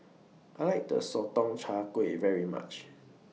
I like The Sotong Char Kway very much